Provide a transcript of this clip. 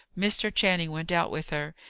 mr. channing went out with her.